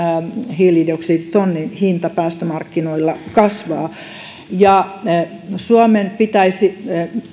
hiilidioksiditonnin hinta päästömarkkinoilla kasvaa suomen pitäisi